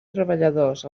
treballadors